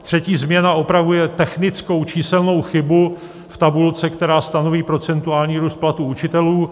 Třetí změna opravuje technickou číselnou chybu v tabulce, která stanoví procentuální růst platů učitelů.